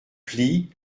plis